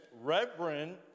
reverend